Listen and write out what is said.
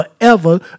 forever